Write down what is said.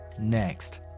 next